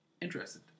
interested